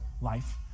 life